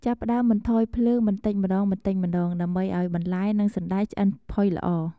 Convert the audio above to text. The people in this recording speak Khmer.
ចាប់ផ្ដើមបន្ថយភ្លើងបន្តិចម្តងៗ ដើម្បីឱ្យបន្លែ និងសណ្ដែកឆ្អិនផុយល្អ។